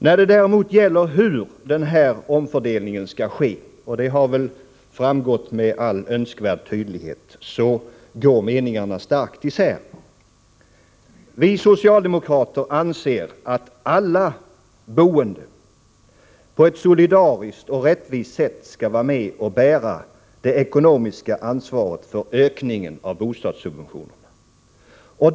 När det däremot gäller hur denna omfördelning skall ske — och det har väl framgått med all önskvärd tydlighet — går meningarna starkt isär. Vi socialdemokrater anser, att alla boende på ett solidariskt och rättvist sätt skall vara med och bära det ekonomiska ansvaret för ökningen av bostadssubventionerna.